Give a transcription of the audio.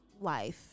life